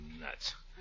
nuts